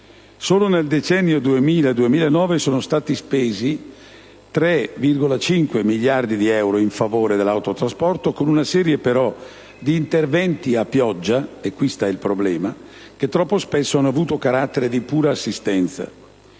Solo nel decennio 2000-2009 sono stati spesi 3,5 miliardi di euro in favore dell'autotrasporto con una serie, però, di interventi a pioggia - qui sta il problema - che troppo spesso hanno avuto carattere di pura assistenza.